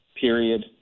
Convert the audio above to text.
Period